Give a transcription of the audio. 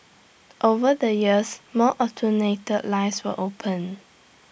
over the years more automated lines were opened